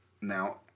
now